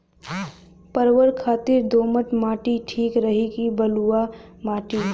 परवल खातिर दोमट माटी ठीक रही कि बलुआ माटी?